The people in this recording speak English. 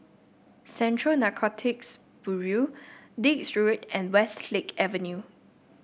Central Narcotics Bureau Dix Road and Westlake Avenue